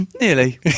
Nearly